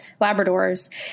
Labradors